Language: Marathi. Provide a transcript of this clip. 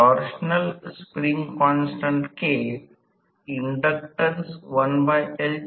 तर याला अर्थाने अकार्यक्षम असेल प्रथम म्हणजे S PG जर S जास्त असेल तर कॉपर लॉस S जास्त असेल